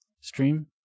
stream